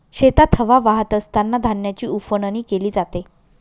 शेतात हवा वाहत असतांना धान्याची उफणणी केली जाते